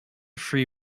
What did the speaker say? free